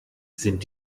sind